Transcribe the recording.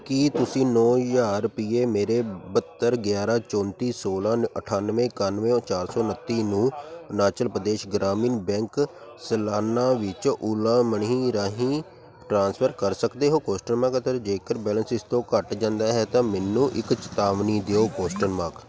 ਕੀ ਤੁਸੀਂਂ ਨੌਂ ਹਜ਼ਾਰ ਰੁਪਈਏ ਮੇਰੇ ਬਹੱਤਰ ਗਿਆਰਾਂ ਚੌਂਤੀ ਸੋਲ਼ਾਂ ਅਠਾਨਵੇਂ ਇਕਾਨਵੇਂ ਚਾਰ ਸੌ ਉਨੱਤੀ ਨੂੰ ਅਰੁਣਾਚਲ ਪ੍ਰਦੇਸ਼ ਗ੍ਰਾਮੀਣ ਬੈਂਕ ਸਲਾਨਾ ਵਿੱਚ ਓਲਾ ਮਨੀ ਰਾਹੀਂ ਟ੍ਰਾਂਸਫਰ ਕਰ ਸਕਦੇ ਹੋ ਕੁਸ਼ਚਨ ਮਾਰਕ ਅਤੇ ਜੇਕਰ ਬੈਲੇਂਸ ਇਸ ਤੋਂ ਘੱਟ ਜਾਂਦਾ ਹੈ ਤਾਂ ਮੈਨੂੰ ਇੱਕ ਚੇਤਾਵਨੀ ਦਿਓ ਕੁਸ਼ਚਨ ਮਾਰਕ